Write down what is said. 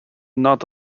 not